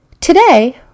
Today